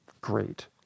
great